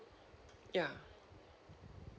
ya